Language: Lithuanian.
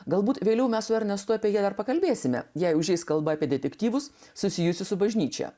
galbūt vėliau mes su ernestu apie jie dar pakalbėsime jei užeis kalba apie detektyvus susijusius su bažnyčia